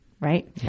right